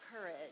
courage